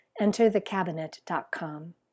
enterthecabinet.com